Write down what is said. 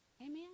Amen